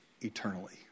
eternally